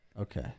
okay